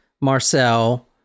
Marcel